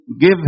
give